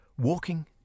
Walking